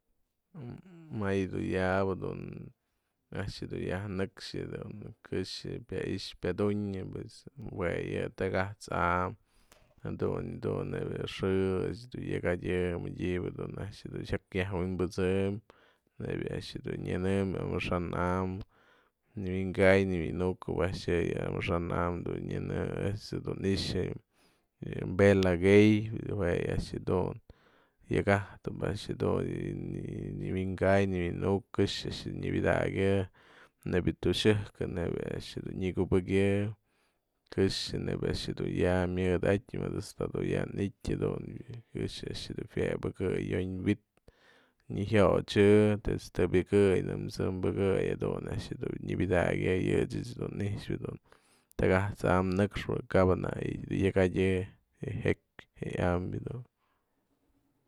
Më yë dun yaba dun a'ax du yajnëkxën këxë pya i'ix pya dunyëjue tagat'samë jadun yë dun nebya xë a'ax dun yaka'atyjën mëdyëbë a'ax dun jyak yaj wi'inpësëmnebya a'ax dun nyanëm amaxa'an am nëwi'inkay nëwi'inukäp a'ax je yë amaxa'an am ejt's jedun i'ixä yë vela gay jue ya a'ax jadun yëk jajtëp a'ax jedun nëwi'inkay nëwi'inukäp këxë a'ax jedun nyëbëdakyë nebya to'oxëjkën nebya a'ax nyakubëkyë këxë nebya a'ax dun ya myëdatën më ejt's dun ya nityän dun këxë a'ax jedun jue bëkëy yonë wi'it nyjiotyë tyat's tey pëkëy nyamsëm pëkëy jadun a'ax dun nyabëdakyë yë ech dun ni'ixpë dun takat'sam nëkxpë kap jadun i'ijtë yakjadyë je jekpyë je ambyë dun.